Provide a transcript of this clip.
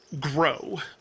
grow